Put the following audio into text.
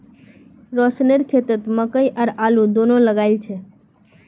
रोशनेर खेतत मकई और आलू दोनो लगइल छ